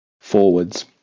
forwards